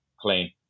clean